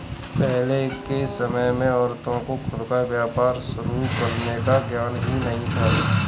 पहले के समय में औरतों को खुद का व्यापार शुरू करने का ज्ञान ही नहीं था